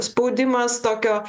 spaudimas tokio